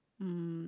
um